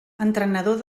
entrenador